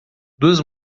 duas